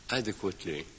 adequately